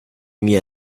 mir